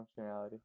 functionality